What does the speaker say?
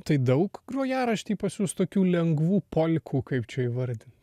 tai daug grojarašty pas jus tokių lengvų polkų kaip čia įvardint